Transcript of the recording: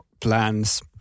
plans